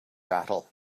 battle